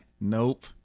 nope